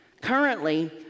Currently